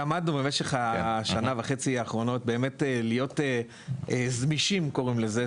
למדנו במשך השנה וחצי האחרונות באמת להיות 'זמישים' קוראים לזה,